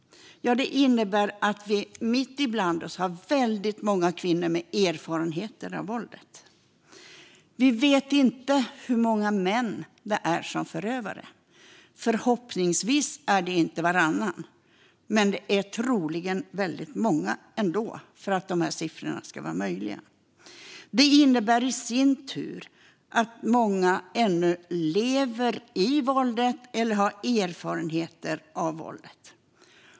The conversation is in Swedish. Ja, det innebär att vi mitt ibland oss har väldigt många kvinnor med erfarenheter av våldet. Vi vet inte hur många män som är förövare. Förhoppningsvis är det inte varannan, men det är troligen ändå väldigt många om de här siffrorna ska vara möjliga. Det innebär i sin tur att många ännu lever i våldet eller har erfarenheter av våldet.